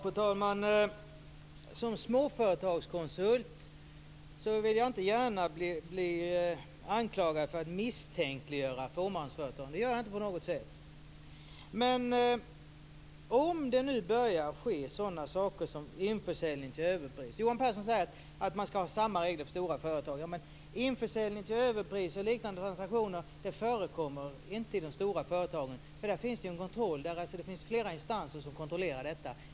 Fru talman! Som småföretagskonsult vill jag inte gärna bli anklagad för att misstänkliggöra fåmansföretagen. Det gör jag inte på något sätt. Men om det nu börjar ske sådana saker som införsäljning till överpris? Johan Pehrson säger att man ska samma regler för stora företag. Men införsäljning till överpris och liknande transaktioner förekommer inte i de stora företagen. Där finns det ju en kontroll. Där finns det flera instanser som kontrollerar detta.